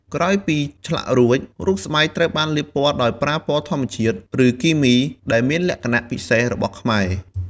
ក្រោយពីឆ្លាក់រួច រូបស្បែកត្រូវបានលាបពណ៌ដោយប្រើពណ៌ធម្មជាតិ ឬគីមី ដែលមានលក្ខណៈពិសេសរបស់ខ្មែរ។